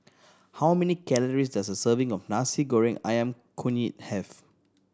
how many calories does a serving of Nasi Goreng Ayam Kunyit have